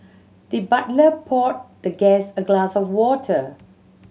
the butler poured the guest a glass of water